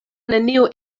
neniu